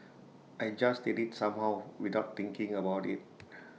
I just did IT somehow without thinking about IT